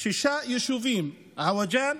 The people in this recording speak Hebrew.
שישה יישובים: עווג'אן,